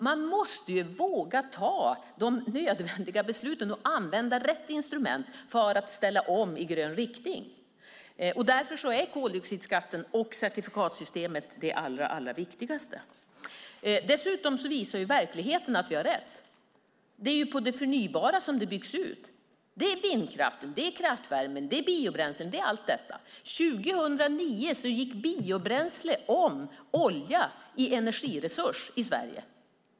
Man måste våga fatta de nödvändiga besluten och använda rätt instrument för att ställa om i grön riktning. Därför är koldioxidskatten och certifikatsystemet det allra viktigaste. Verkligheten visar att vi har rätt. Utbyggnaden sker med det förnybara. Det är vindkraft, kraftvärme och biobränsle. År 2009 gick biobränsle om olja i energiresurs i Sverige.